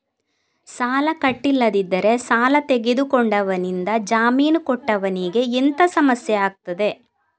ಸಾಲ ಕಟ್ಟಿಲ್ಲದಿದ್ದರೆ ಸಾಲ ತೆಗೆದುಕೊಂಡವನಿಂದ ಜಾಮೀನು ಕೊಟ್ಟವನಿಗೆ ಎಂತ ಸಮಸ್ಯೆ ಆಗ್ತದೆ?